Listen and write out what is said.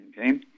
Okay